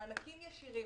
מענקים ישירים